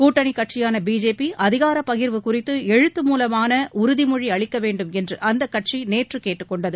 கூட்டணி கட்சியான பிஜேபி அதிகாரப்பகிர்வு குறித்து எழுத்து மூலமான உறுதிமொழி அளிக்க வேண்டும் என்று அந்தக் கட்சி நேற்று கேட்டுக் கொண்டது